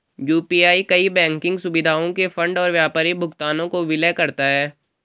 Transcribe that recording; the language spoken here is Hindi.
यू.पी.आई कई बैंकिंग सुविधाओं के फंड और व्यापारी भुगतानों को विलय करता है